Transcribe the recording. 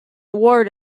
award